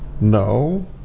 no